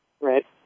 Right